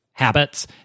habits